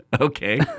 Okay